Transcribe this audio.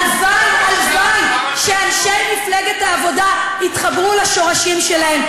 הלוואי שאנשי מפלגת העבודה יתחברו לשורשים שלהם,